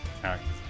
characters